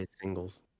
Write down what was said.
singles